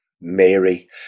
Mary